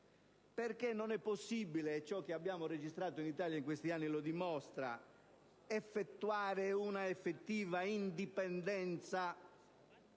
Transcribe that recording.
perché non è possibile - e ciò che abbiamo registrato in Italia in questi anni lo dimostra - realizzare una effettiva indipendenza,